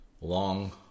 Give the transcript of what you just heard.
long